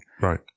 Right